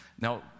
Now